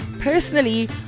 Personally